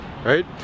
right